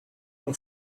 mon